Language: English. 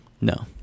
No